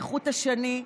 כחוט השני,